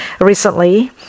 recently